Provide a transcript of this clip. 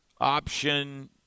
Option